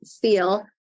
feel